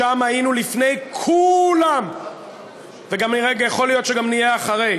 שם היינו לפני כולם וגם יכול להיות שנהיה אחרי.